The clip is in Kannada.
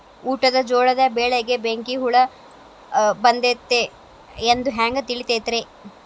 ಊಟದ ಜೋಳದ ಬೆಳೆಗೆ ಬೆಂಕಿ ಹುಳ ರೋಗ ಬಂದೈತಿ ಎಂದು ಹ್ಯಾಂಗ ತಿಳಿತೈತರೇ?